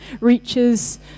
reaches